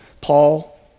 Paul